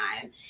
time